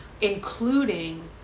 including